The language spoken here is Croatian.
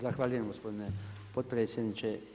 Zahvaljujem gospodine potpredsjedniče.